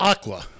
Aqua